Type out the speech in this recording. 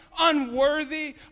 unworthy